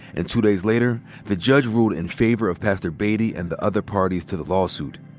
and two days later, the judge ruled in favor of pastor baity and the other parties to the lawsuit.